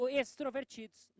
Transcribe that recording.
extrovertidos